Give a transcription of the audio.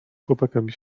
chłopakami